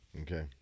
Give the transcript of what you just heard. Okay